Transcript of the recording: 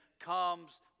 comes